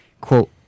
Quote